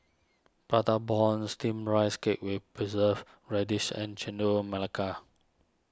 Prata Bomb Steamed Rice Cake with Preserved Radish and Chendol Melaka